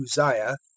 Uzziah